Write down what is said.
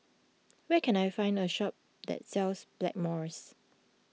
where can I find a shop that sells Blackmores